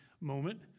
moment